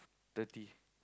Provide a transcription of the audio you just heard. thirty